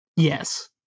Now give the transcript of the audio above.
Yes